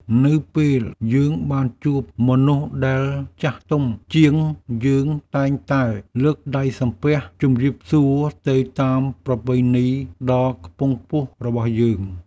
នៅពេលយើងបានជួបមនុស្សដែលចាស់ទុំជាង យើងតែងតែលើកដៃសំពះជម្រាបសួរទៅតាមប្រពៃណីដ៏ខ្ពង់ខ្ពស់របស់យើង។